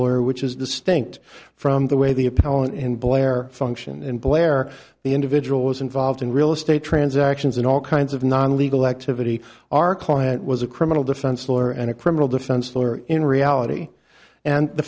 lawyer which is distinct from the way the appellant and blair function and blair the individual was involved in real estate transactions and all kinds of non legal activity our client was a criminal defense lawyer and a criminal defense lawyer in reality and the